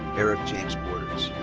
eric james borders.